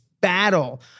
battle